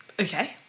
okay